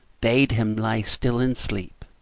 bade him lie still and sleep,